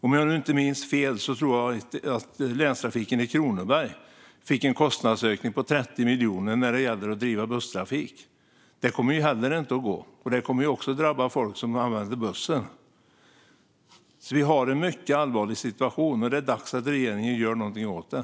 Om jag inte minns fel fick Länstrafiken i Kronoberg en kostnadsökning med 30 miljoner för att driva busstrafik. Det kommer inte att gå, vilket också kommer att drabba folk som använder bussen. Vi har en mycket allvarlig situation, och det är dags att regeringen gör någonting åt den.